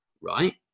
right